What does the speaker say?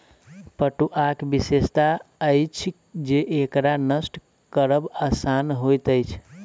पटुआक विशेषता अछि जे एकरा नष्ट करब आसान होइत अछि